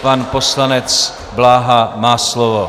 Pan poslanec Bláha má slovo.